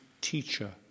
teacher